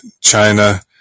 China